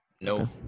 no